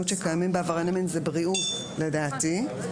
שקיימים בעברייני מין זה בריאות לדעתי,